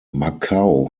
macau